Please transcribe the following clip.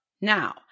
now